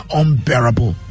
unbearable